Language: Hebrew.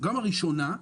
גם הראשונה,